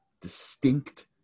distinct